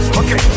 okay